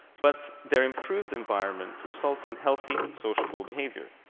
but their improved environment results in healthy, sociable behavior.